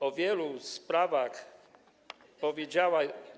O wielu sprawach powiedziała.